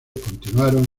continuaron